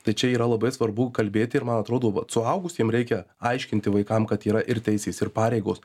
tai čia yra labai svarbu kalbėti ir man atrodo vat suaugusiem reikia aiškinti vaikam kad yra ir teisės ir pareigos